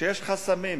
שיש חסמים,